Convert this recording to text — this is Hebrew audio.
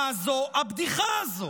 מה זו הבדיחה הזו?